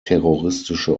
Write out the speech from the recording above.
terroristische